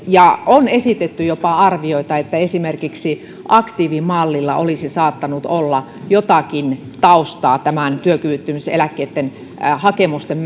ja on esitetty jopa arvioita että esimerkiksi aktiivimallilla olisi saattanut olla jotakin taustaa tämän työkyvyttömyyseläkkeiden hakemusten